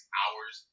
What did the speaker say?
hours